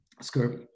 scurvy